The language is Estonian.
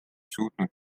suutnud